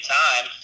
time